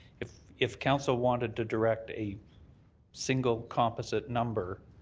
if if council wanted to direct a single composite number,